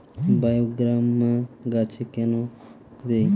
বায়োগ্রামা গাছে কেন দেয়?